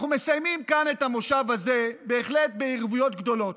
אנחנו מסיימים כאן את המושב הזה בהחלט בערבוביות גדולות.